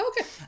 Okay